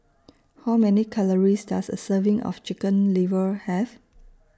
How Many Calories Does A Serving of Chicken Liver Have